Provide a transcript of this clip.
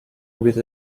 with